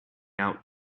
out